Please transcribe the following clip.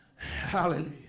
Hallelujah